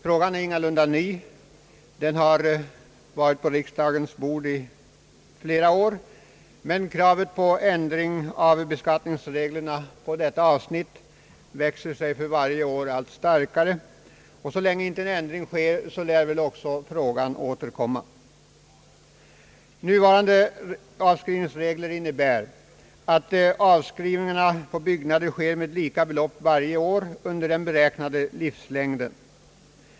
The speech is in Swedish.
Frågan är ingalunda ny, den har varit på riksdagens bord i flera år. Men kravet på ändring av beskattningsreglerna på detta avsnitt växer sig för varje år allt starkare, och så länge inte ändring sker lär väl också frågan återkomma. Nuvarande avskrivningsregler innebär att avskrivningarna på byggnader sker med lika belopp varje år under byggnadens beräknade livslängd.